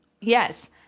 Yes